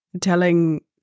telling